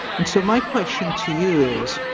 and so my question to you is,